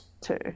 Two